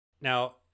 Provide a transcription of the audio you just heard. Now